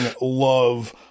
love